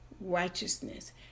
righteousness